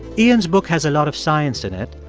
iain's book has a lot of science in it,